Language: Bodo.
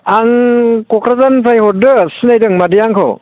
आं क'क्राझारनिफ्राय हरदों सिनायदों मादैया आंखौ